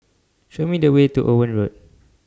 Show Me The Way to Owen Road